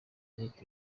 eric